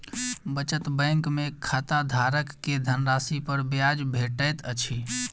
बचत बैंक में खाताधारक के धनराशि पर ब्याज भेटैत अछि